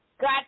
got